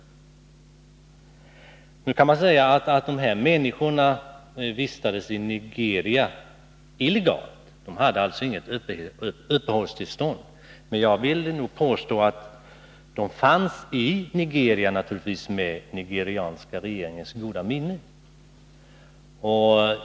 Man kan visserligen säga att dessa människor vistades i Nigeria illegalt, eftersom de inte hade något uppehållstillstånd, men jag vill påstå att de fanns i Nigeria med nigerianska regeringens goda minne.